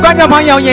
but pneumonia yeah